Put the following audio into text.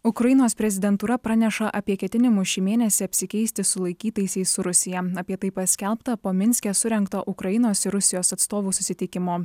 ukrainos prezidentūra praneša apie ketinimus šį mėnesį apsikeisti sulaikytaisiais su rusija apie tai paskelbta po minske surengto ukrainos ir rusijos atstovų susitikimo